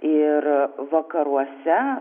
ir vakaruose